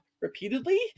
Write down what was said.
repeatedly